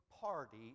party